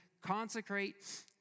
consecrate